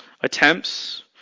Attempts